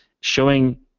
showing